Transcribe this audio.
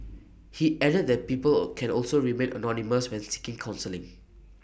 he added that people or can also remain anonymous when seeking counselling